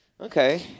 Okay